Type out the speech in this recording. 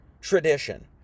tradition